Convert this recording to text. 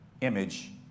image